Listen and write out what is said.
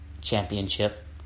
Championship